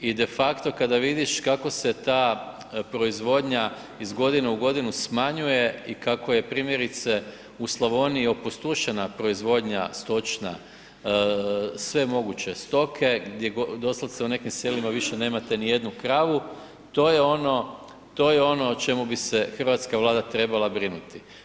I de facto kada vidiš kako se ta proizvodnja iz godine u godinu smanjuje i kako je primjerice u Slavoniji opustošena proizvodnja stočna, sve moguće stoke, gdje god, doslovce u nekim selima više nemate niti jednu kravu, to je ono, to je ono o čemu bi se hrvatska Vlada trebala brinuti.